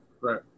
Right